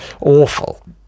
awful